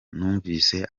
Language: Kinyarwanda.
numvise